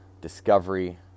discovery